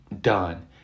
done